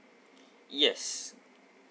yes